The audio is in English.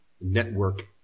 network